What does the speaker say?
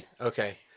okay